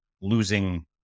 losing